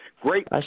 great